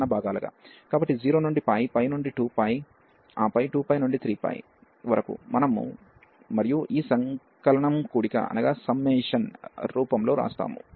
కాబట్టి 0 నుండి వరకు 2 ఆపై 2 నుండి 3 వరకు మరియు మనం సమ్మేషన్ రూపంలో వ్రాసాము